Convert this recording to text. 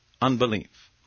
Unbelief